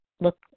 look